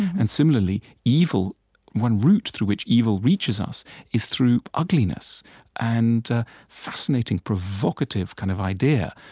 and, similarly, evil one root through which evil reaches us is through ugliness and a fascinating, provocative kind of idea.